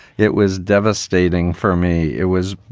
it was devastating for me. it was,